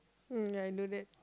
um yeah I do that